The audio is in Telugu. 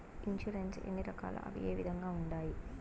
ఇన్సూరెన్సు ఎన్ని రకాలు అవి ఏ విధంగా ఉండాయి